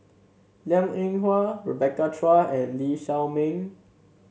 Liang Eng Hwa Rebecca Chua and Lee Shao Meng